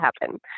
happen